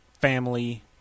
family